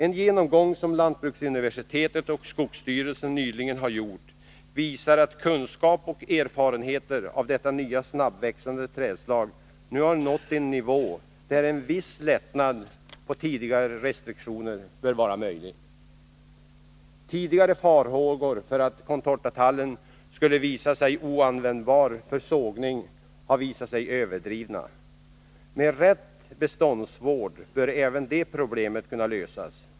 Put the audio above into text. En genomgång som lantbruksuniversitetet och skogsstyrelsen nyligen har gjort visar att kunskap och erfarenhet av detta nya snabbväxande trädslag nu har nått en nivå där en viss lättnad av tidigare restriktioner bör vara möjlig. Tidigare farhågor för att contortatallen skulle visa sig oanvändbar för sågning har visat sig överdrivna. Med rätt beståndsvård bör även det problemet kunna lösas.